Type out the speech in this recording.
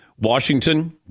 Washington